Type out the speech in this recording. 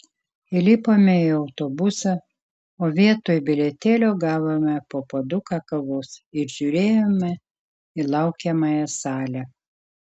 įlipome į autobusą o vietoj bilietėlio gavome po puoduką kavos ir žiūrėjome į laukiamąją salę